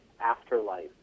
afterlife